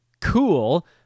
cool